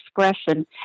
expression